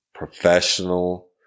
professional